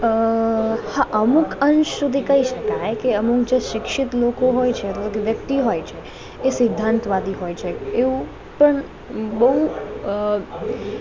અં હા અમુક અંશ સુધી કહી શકાય કે અમુક જે શિક્ષિત લોકો હોય છે અથવા તો વ્યક્તિ હોય છે એ સિદ્ધાંતવાદી હોય છે એવું પણ બહુ અ